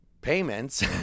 payments